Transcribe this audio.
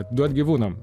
duot gyvūnam